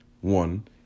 one